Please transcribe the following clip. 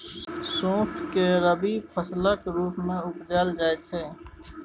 सौंफ केँ रबी फसलक रुप मे उपजाएल जाइ छै